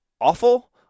awful